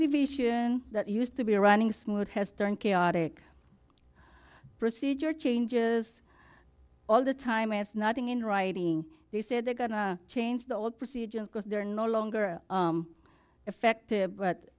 division that used to be running smooth has turned chaotic procedure changes all the time and snotting in writing they said they're gonna change the whole procedure because they're no longer effective but